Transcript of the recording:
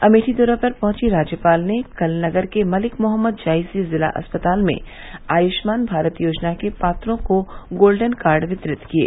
अमेठी दौरे पर पहुंची राज्यपाल ने कल नगर के मलिक मोहम्मद जायसी जिला अस्पताल में आयुष्मान भारत योजना के पात्रों को गोल्डन कार्ड वितरित किये